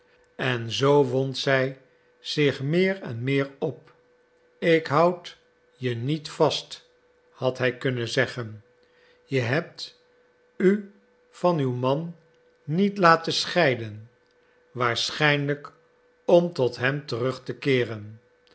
en zoo wond zij zich meer en meer op ik houd je niet vast had hij kunnen zeggen je hebt u van uw man niet laten scheiden waarschijnlijk om tot hem terug te keeren